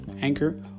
Anchor